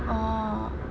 oh